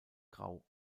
grau